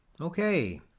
Okay